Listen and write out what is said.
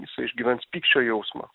jisai išgyvens pykčio jausmą